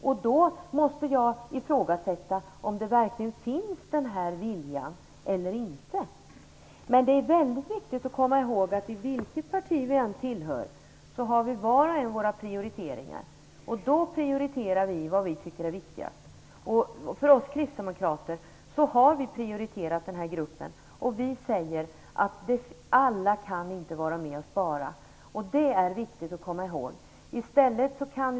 Jag måste därför ifrågasätta om det verkligen finns en vilja här eller inte. Det är väldigt viktigt att komma ihåg att oavsett vilket parti vi tillhör har var och en av oss sina prioriteringar. Vi prioriterar då vad som anses viktigast. Vi kristdemokrater har prioriterat en viss grupp. Vi säger att alla inte kan vara med och spara. Det är viktigt att komma ihåg detta.